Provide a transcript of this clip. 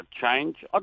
change